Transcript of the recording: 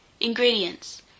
Ingredients